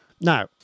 Now